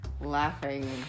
laughing